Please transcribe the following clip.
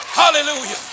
Hallelujah